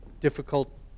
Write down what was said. difficult